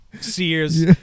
Sears